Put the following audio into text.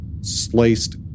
sliced